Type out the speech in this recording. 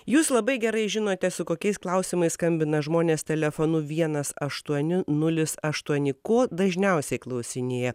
jūs labai gerai žinote su kokiais klausimais skambina žmonės telefonu vienas aštuoni nulis aštuoni ko dažniausiai klausinėja